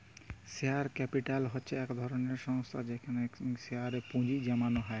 share capital হছে ইক ধরলের সংস্থা যেখালে শেয়ারে পুঁজি জ্যমালো হ্যয়